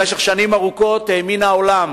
במשך שנים ארוכות האמין העולם